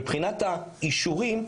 מבחינת האישורים,